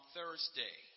Thursday